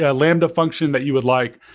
ah lambda function that you would like.